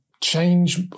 change